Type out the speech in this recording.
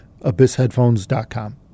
abyssheadphones.com